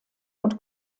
und